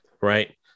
right